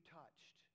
touched